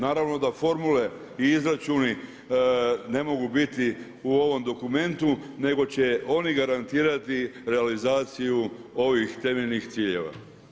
Naravno da formule i izračuni ne mogu biti u ovome dokumentu nego će oni garantirati realizaciju ovih temeljnih ciljeva.